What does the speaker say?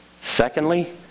Secondly